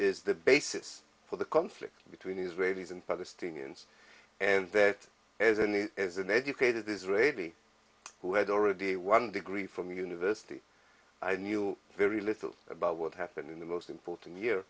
the basis for the conflict between israelis and palestinians and there it is in the as an educated israeli who had already one degree from university i knew very little about what happened in the most important